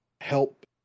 help